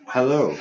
Hello